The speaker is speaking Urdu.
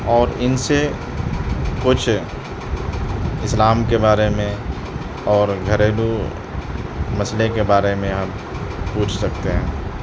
اور ان سے کچھ اسلام کے بارے میں اور گھریلو مسئلے کے بارے میں ہم پوچھ سکتے ہیں